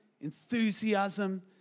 enthusiasm